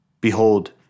Behold